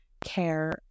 care